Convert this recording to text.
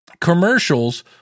commercials